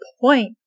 point